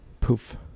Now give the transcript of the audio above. Poof